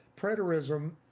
Preterism